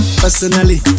Personally